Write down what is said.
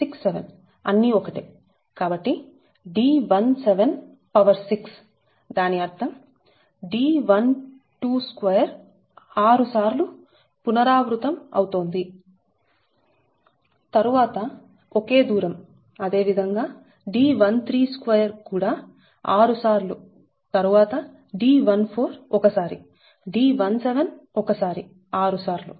కాబట్టి D176 దాని అర్థం D122 6 సార్లు పునరావృతం అయింది తరువాత ఒకే దూరం అదే విధంగా D132 కూడా 6 సార్లు తరువాత D14 ఒకసారి D17 ఒకసారి 6 సార్లు